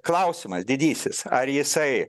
klausimas didysis ar jisai